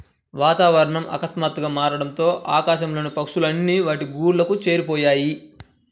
వాతావరణం ఆకస్మాతుగ్గా మారడంతో ఆకాశం లోని పక్షులు అన్ని వాటి గూళ్లకు చేరిపొయ్యాయి